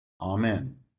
Amen